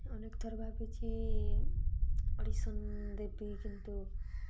ଅନେକ ଥର ଭାବିଛି ଅଡ଼ିସନ୍ ଦେବି କିନ୍ତୁ